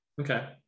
okay